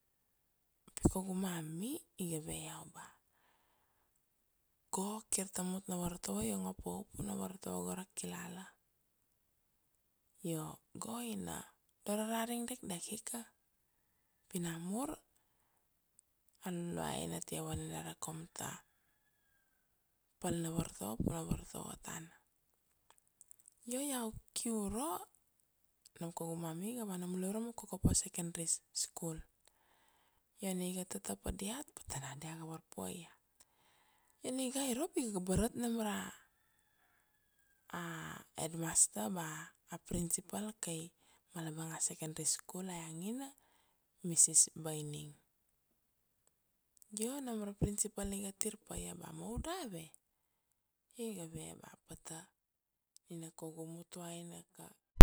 pi kaugu mummy, iga ve iau ba, go kir ta mut na vartovo i ongo pa u puna vartovo go ra kilala, io go ina do ra raring dekdek ika pi namur a Luluai na tia vaninare kaum ta pal na vartovo puna vartovo tana. Io iau ki uro, nam kaugu mummy iga vana mulai urama Kokopo secondary school. Io ania iga tata pa diat, patana dia ga varpuai iat. Io ania iga irop iga barat nam ra Headmaster ba Principal kai Malabunga secondary school a iangina Mrs Baining, io nam ra Principal nia iga tir pa ia, ba ma u dave? Io iga ve ba pata nina kaugu mutuaina ka.